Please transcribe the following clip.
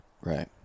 Right